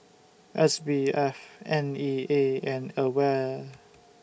S B F N E A and AWARE